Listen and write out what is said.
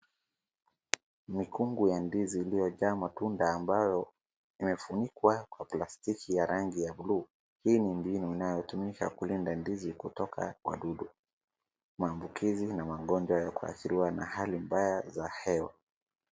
Mikungu ya ndizi iliyojaa matunda ambayo yamefunikwa kwa plastiki ya rangi ya buluu. Hii ni mbinu inayotumika kulinda ndizi kutoka wadudu, maambukizi na magonjwa ya kuathiriwa na hali mbaya za hewa.